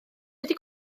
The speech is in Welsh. wedi